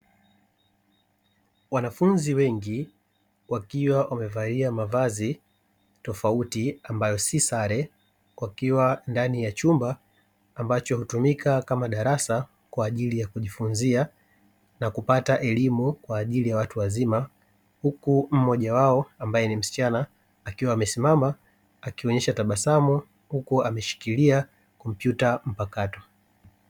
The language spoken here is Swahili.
Wanafunzi wengi wakiwa wamevalia mavazi tofauti ambayo si sare, wakiwa ndani ya chumba ambacho hutumika kama darasa kwa ajili ya kujifunzia na kupata elimu kwa ajili ya watu wazima ,huku mmoja wao ambaye ni msichana akiwa amesimama akionyesha tabasamu huku, ameshikilia kompyuta mpakato.